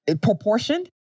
proportioned